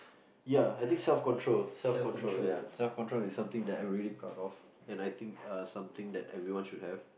ya I think self control self control ya self control is something that I'm really proud of and I think uh something that everyone should have